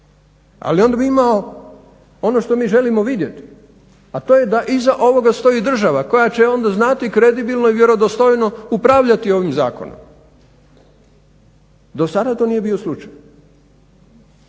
ali onda bi imao ono što mi želimo vidjeti a to je da iza ovog stoji država koja će onda znati kredibilno i vjerodostojno upravljati ovim zakonom. Do sada to nije bio slučaj.